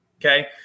okay